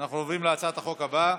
אנחנו עוברים להצעת החוק הבאה.